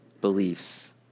beliefs